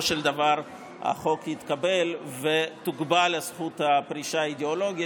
של דבר החוק יתקבל ותוגבל זכות הפרישה האידיאולוגית.